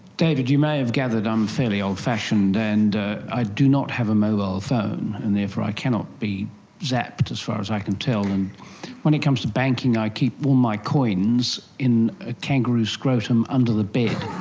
david, you may have gathered i'm fairly old-fashioned, and ah i do not have a mobile phone and therefore i cannot be zapped, as far as i can tell, and when it comes to banking i keep all my coins in a kangaroo scrotum under the bed.